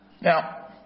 Now